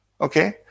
okay